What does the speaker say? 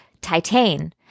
Titan